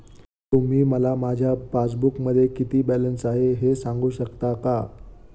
तुम्ही मला माझ्या पासबूकमध्ये किती बॅलन्स आहे हे सांगू शकता का?